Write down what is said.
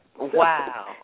Wow